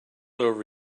over